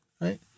right